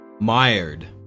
mired